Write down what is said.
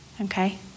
okay